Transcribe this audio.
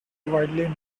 widely